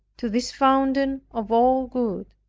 to this fountain of all good,